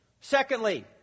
Secondly